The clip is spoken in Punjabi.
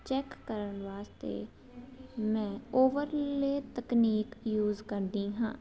ਚੈੱਕ ਕਰਨ ਵਾਸਤੇ ਮੈਂ ਓਵਰਲੇ ਤਕਨੀਕ ਯੂਜ ਕਰਦੀ ਹਾਂ